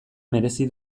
merezi